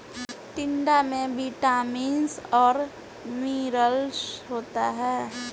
टिंडा में विटामिन्स और मिनरल्स होता है